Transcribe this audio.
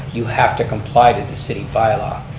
you have to comply to the city bylaw.